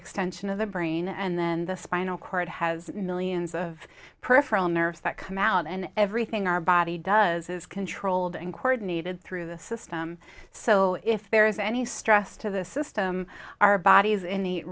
extension of the brain and then the spinal cord has millions of peripheral nerves that come out and everything our body does is controlled and coordinated through the system so if there is any stress to the system our bodies